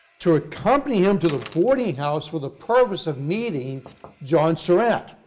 to accompany him to the boarding house for the purpose of meeting john surratt.